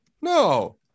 No